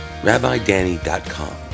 rabbidanny.com